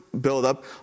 buildup